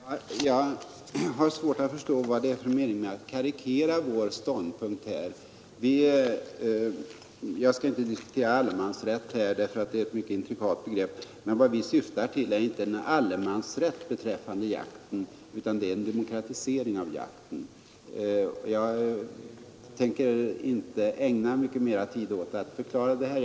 Fru talman! Jag har svårt att förstå vad det är för mening med att karikera vår ståndpunkt här. Jag skall inte diskutera allemansrätt nu därför att det är ett mycket intrikat begrepp. Vad vi syftar till är inte heller en allemansrätt beträffande jakten utan det är en demokratisering av jakten. Jag tänker inte ägna mycket mera tid åt att förklara detta.